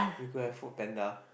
who don't have FoodPanda